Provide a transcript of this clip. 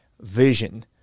vision